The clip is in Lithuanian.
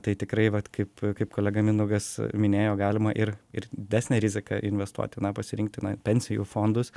tai tikrai vat kaip kaip kolega mindaugas minėjo galima ir ir didesnę riziką investuoti na pasirinkti na pensijų fondus